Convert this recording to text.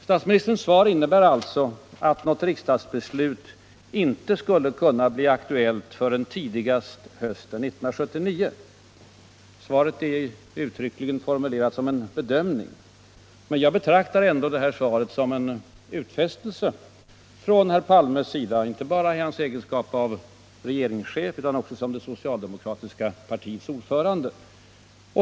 Statsministerns svar innebär alltså att något riksdagsbeslut inte skulle kunna bli aktuellt förrän tidigast hösten 1979. Svaret är uttryckligen formulerat som en ”bedömning”. Men jag betraktar ändå det här svaret som en utfästelse från herr Palmes sida — inte bara i hans egenskap av regeringschef, utan. också som det socialdemokratiska partiets ordförande.